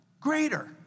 Greater